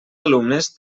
alumnes